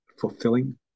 fulfilling